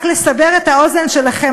רק לסבר את האוזן שלכם,